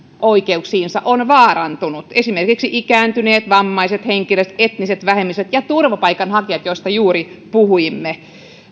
oikeuksiinsa on vaarantunut esimerkiksi ikääntyneet vammaiset henkilöt etniset vähemmistöt ja turvapaikanhakijat joista juuri puhuimme